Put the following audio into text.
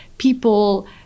people